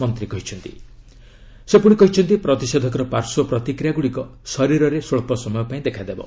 ମନ୍ତ୍ରୀ କହିଛନ୍ତି ପ୍ରତିଷେଧକର ପାର୍ଶ୍ୱ ପ୍ରତିକ୍ରିୟା ଗୁଡ଼ିକ ଶରୀରରେ ସ୍ୱଚ୍ଚ ସମୟ ପାଇଁ ଦେଖାଦେବ